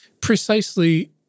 precisely